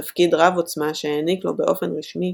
תפקיד רב עצמה שהעניק לו באופן רשמי,